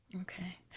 Okay